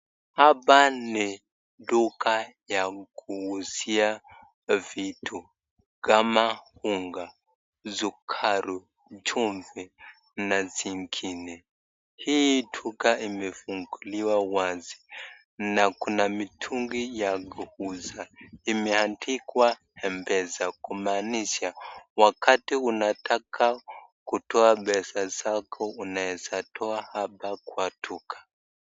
Hapa ni duka ya kuuzia vitu kama unga, sukarui chumvi na zingine , hii duka imefunguliwa wasi na kuna mitungi ya kuuza, imeandikwa mpesa kumanisha wakati unataka kutoa pesa zako unaeza toa hapa kwa duka.